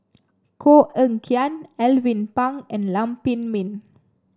Koh Eng Kian Alvin Pang and Lam Pin Min